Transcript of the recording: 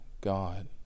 God